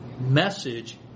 message